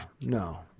no